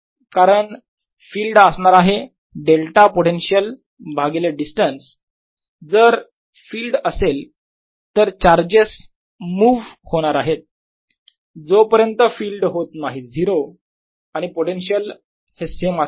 कारण फिल्ड असणार आहे डेल्टा पोटेन्शियल भागिले डिस्टन्स जर फिल्ड असेल तर चार्जेस मुव्ह होणार आहेत जोपर्यंत फिल्ड होत नाही 0 आणि पोटेन्शियल हे सेम असेल